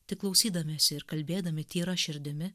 tik klausydamiesi ir kalbėdami tyra širdimi